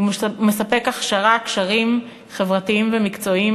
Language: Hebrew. הוא מספק הכשרה וקשרים חברתיים ומקצועיים